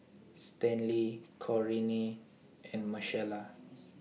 Stanley Corinne and Marcela